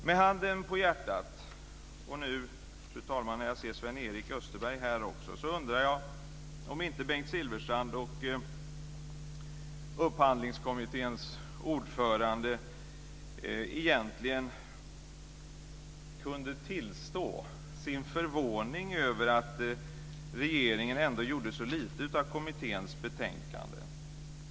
Med handen på hjärtat - och nu ser jag att Sven Erik Österberg också är här - undrar jag om inte Bengt Silfverstrand och Upphandlingskommitténs ordförande egentligen kunde tillstå sin förvåning över att regeringen ändå gjorde så lite av kommitténs betänkande.